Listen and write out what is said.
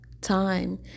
time